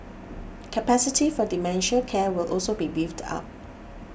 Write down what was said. capacity for dementia care will also be beefed up